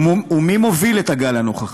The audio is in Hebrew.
ומי מוביל את הגל הנוכחי?